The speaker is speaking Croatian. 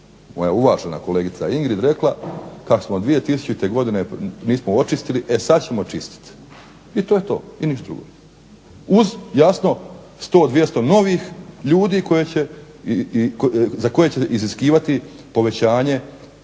moja uvažena kolegica Ingrid rekla, kad 2000. godine nismo očistili, e sada ćemo čistiti. I to je to, ništa drugo. Uz jasno 100, 200 novih ljudi za koje će iziskivati povećanje